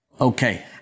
Okay